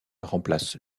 remplace